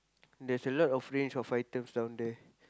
there's a lot of range of items down there